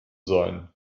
sein